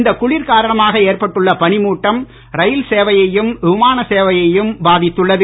இந்த குளிர் காரணமாக ஏற்பட்டுள்ள பனி மூட்டம் ரயில் சேவையையும் விமான சேவையையும் பாதித்துள்ளது